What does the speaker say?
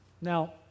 Now